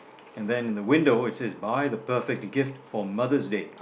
and then the window it says buy the perfect gift for Mother's Day